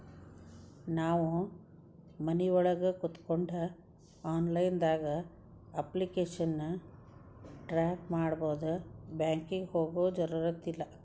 ನಾವು ಮನಿಒಳಗ ಕೋತ್ಕೊಂಡು ಆನ್ಲೈದಾಗ ಅಪ್ಲಿಕೆಶನ್ ಟ್ರಾಕ್ ಮಾಡ್ಬೊದು ಬ್ಯಾಂಕಿಗೆ ಹೋಗೊ ಜರುರತಿಲ್ಲಾ